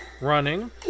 running